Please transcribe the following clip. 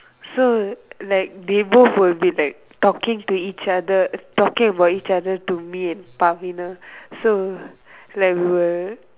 so like they both will be like talking to each other talking about each other to me and Fahina so like we will